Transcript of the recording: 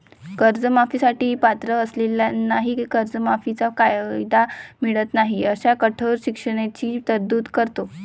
कर्जमाफी साठी पात्र असलेल्यांनाही कर्जमाफीचा कायदा मिळत नाही अशांना कठोर शिक्षेची तरतूद करतो